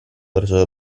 verso